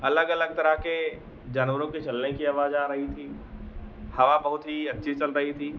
अलग अलग तरह के जानवरों के चलने की आवाज़ आ रही थी हवा बहुत ही अच्छी चल रही थी